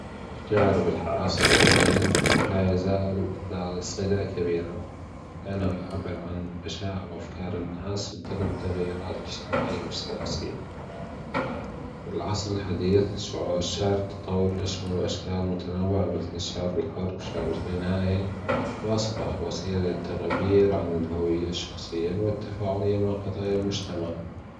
الشعر بالعصر الحديث لا يزال ذا صلة كبيرة لأنه يعبر عن مشاعر وأفكار الناس في ظل التغيرات الأجتماعية والسياسية والعصر الحديث الش - الشعر تطور لأشكال متنوعة مثل الشعر الحر والشعر الغنائي وأصبح وسيلة للتعبير عن الهوية الشخصية والتفاعلية مع قضايا المجتمع.